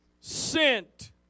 sent